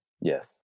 Yes